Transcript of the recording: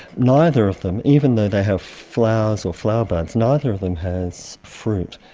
neither of them, even though they have flowers or flower buds, neither of them has fruit.